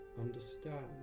understand